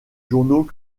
journaux